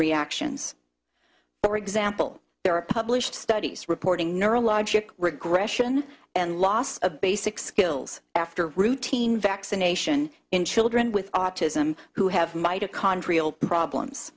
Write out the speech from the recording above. reactions or example there are published studies reporting neurologic regression and loss of basic skills after routine vaccination in children with autism who have mitochondrial problems